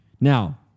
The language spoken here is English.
Now